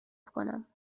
کنم